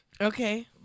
Okay